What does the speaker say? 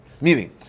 Meaning